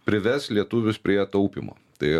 prives lietuvius prie taupymo tai